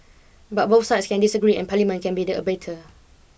but both sides can disagree and Parliament can be the arbiter